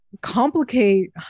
complicate